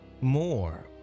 more